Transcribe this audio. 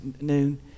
noon